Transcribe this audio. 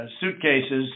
Suitcases